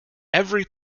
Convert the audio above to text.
every